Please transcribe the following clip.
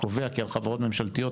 קובע כי על חברות ממשלתיות,